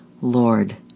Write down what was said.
Lord